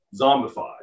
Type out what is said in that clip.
zombified